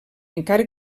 encara